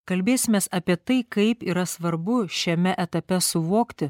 kalbėsimės apie tai kaip yra svarbu šiame etape suvokti